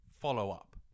follow-up